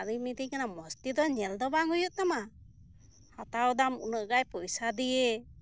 ᱟᱫᱚᱭ ᱢᱤᱛᱟᱹᱧ ᱠᱟᱱᱟ ᱢᱚᱸᱡᱽ ᱛᱮᱫᱚ ᱧᱮᱞ ᱫᱚ ᱵᱟᱝ ᱦᱩᱭᱩᱜ ᱛᱟᱢᱟ ᱦᱟᱛᱟᱣ ᱮᱫᱟᱢ ᱩᱱᱟᱹᱜ ᱜᱟᱱ ᱠᱟᱹᱣᱰᱤᱛᱮ